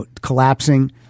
collapsing